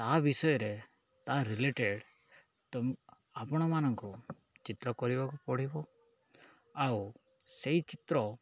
ତା ବିଷୟରେ ତା ରିଲେଟେଡ଼୍ ତମ ଆପଣମାନଙ୍କୁ ଚିତ୍ର କରିବାକୁ ପଡ଼ିବ ଆଉ ସେଇ ଚିତ୍ର